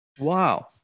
Wow